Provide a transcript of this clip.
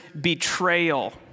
betrayal